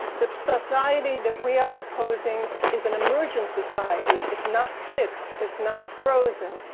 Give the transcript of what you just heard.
the society that we are proposing is an emergent society. it's not fixed, it's not frozen.